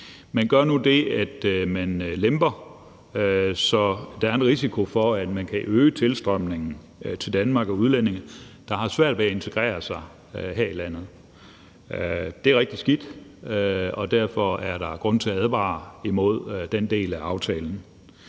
Man gør nu det, at man lemper. Så der er en risiko for, at man kan øge tilstrømningen til Danmark af udlændinge, der har svært ved at integrere sig her i landet. Det er rigtig skidt, og derfor er der grund til at advare imod den del af aftalen.